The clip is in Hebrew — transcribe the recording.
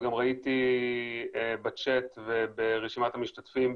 וגם ראיתי בצ'ט וברשימת המשתתפים,